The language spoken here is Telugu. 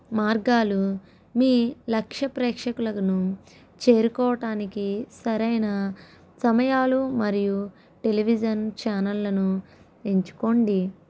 మార్గాలు మీ లక్ష్య ప్రేక్షకులకును చేరుకోవటానికి సరైన సమయాలు మరియు టెలివిజన్ ఛానెల్లను ఎంచుకోండి